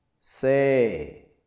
Say